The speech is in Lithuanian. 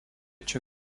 čia